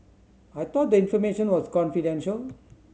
I thought the information was confidential